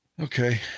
Okay